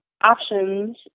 options